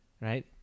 right